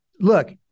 look